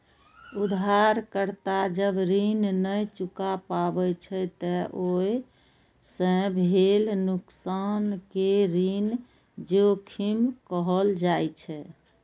उधारकर्ता जब ऋण नै चुका पाबै छै, ते ओइ सं भेल नुकसान कें ऋण जोखिम कहल जाइ छै